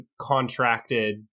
contracted